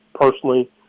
personally